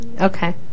Okay